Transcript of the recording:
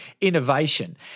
innovation